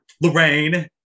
Lorraine